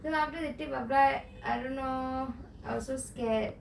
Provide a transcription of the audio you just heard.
then after they take my blood I don't know I was so scared